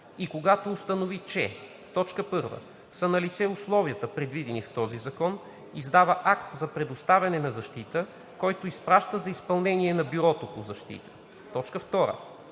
и когато установи, че: 1. са налице условията, предвидени в този закон, издава акт за предоставяне на защита, който изпраща за изпълнение на Бюрото по защита; 2. не са